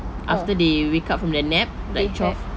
after they wake up from their nap like twelve